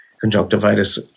conjunctivitis